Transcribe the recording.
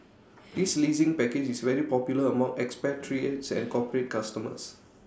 this leasing package is very popular among expatriates and corporate customers